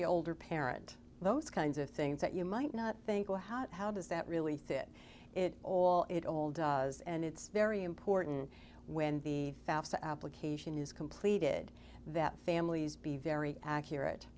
the older parent those kinds of things that you might not think oh how how does that really think it it all it all does and it's very important when the fafsa application is completed that families be very accurate